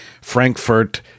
Frankfurt